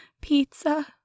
Pizza